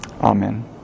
Amen